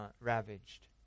ravaged